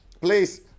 Please